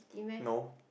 no